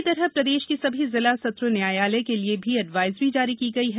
इसी तरह प्रदेश की सभी जिला सत्र न्यायालय के लिए भी एडवाइजरी जारी की गई है